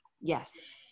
Yes